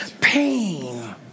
pain